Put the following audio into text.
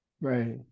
right